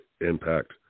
Impact